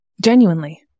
genuinely